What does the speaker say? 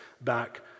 back